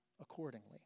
accordingly